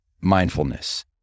mindfulness